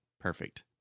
Perfect